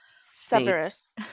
Severus